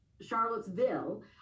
Charlottesville